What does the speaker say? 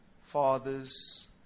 father's